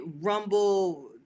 rumble